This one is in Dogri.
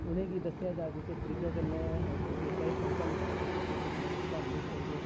उ'नें गी दस्सेआ जा कि किस तरीके कन्नै तुस कविता लिखी सकदे ओ किस तरीके कन्नै तुस क्हानी लिखी सकदे ओ